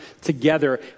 together